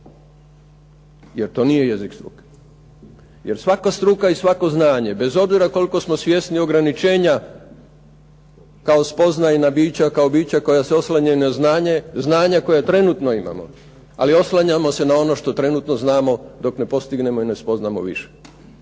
Jer to nije jezik struke. Jer svaka struka i svako znanje bez obzira koliko smo svjesni ograničenja kao spoznajna bića, kao bića koja se oslanjaju na znanje, znanja koja trenutno imamo, ali oslanjamo se na ono što trenutno znamo dok ne postignemo i ne spoznamo više.